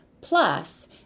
plus